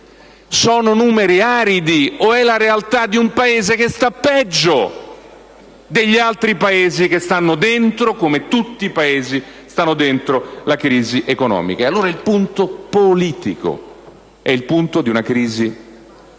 Sono numeri aridi o è la realtà di un Paese che sta peggio degli altri Paesi che stanno dentro, come tutti i Paesi stanno dentro, la crisi economica? E allora il punto politico, è il punto di una crisi di fiducia.